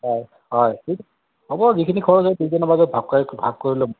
হয় হয় হ'ব যিখিনি খৰচ হয় দুইজনৰ মাজত ভাগ কৰি ভাগ কৰি ল'ম